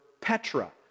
Petra